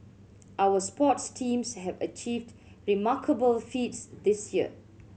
our sports teams have achieved remarkable feats this year